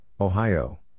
Ohio